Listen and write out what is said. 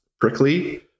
prickly